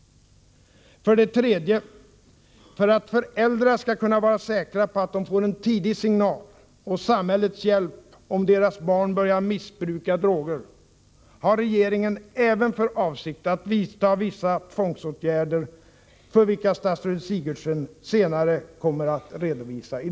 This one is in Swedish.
För det tredje: För att föräldrar skall kunna vara säkra på att de får en tidig signal och samhällets hjälp om deras barn börjar missbruka droger har regeringen även för avsikt att överväga vissa tvångsåtgärder, vilka statsrådet Sigurdsen senare i dag kommer att redovisa.